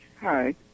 Hi